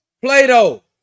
Plato